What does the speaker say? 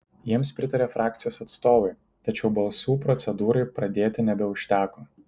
jiems pritarė frakcijos atstovai tačiau balsų procedūrai pradėti nebeužteko